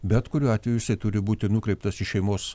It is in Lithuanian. bet kuriuo atveju jisai turi būti nukreiptas į šeimos